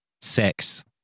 sex